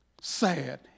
Sad